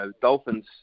Dolphins